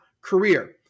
career